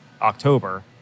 October